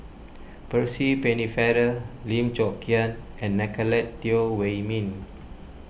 Percy Pennefather Lim Chong Keat and Nicolette Teo Wei Min